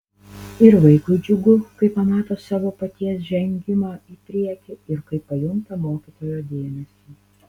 ir vaikui džiugu kai pamato savo paties žengimą į priekį ir kai pajunta mokytojo dėmesį